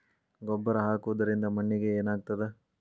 ಗೊಬ್ಬರ ಹಾಕುವುದರಿಂದ ಮಣ್ಣಿಗೆ ಏನಾಗ್ತದ?